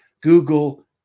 Google